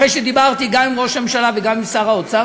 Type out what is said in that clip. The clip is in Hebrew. אחרי שדיברתי גם עם ראש הממשלה וגם עם שר האוצר,